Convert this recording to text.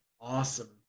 awesome